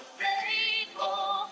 faithful